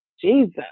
Jesus